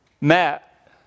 Matt